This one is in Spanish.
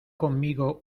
conmigo